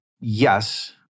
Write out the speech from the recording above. yes